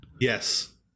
Yes